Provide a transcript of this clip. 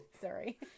Sorry